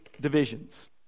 divisions